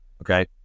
Okay